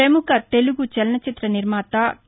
పముఖ తెలుగు చలనచిత్ర నిర్మాత కే